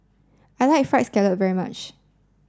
I like fried scallop very much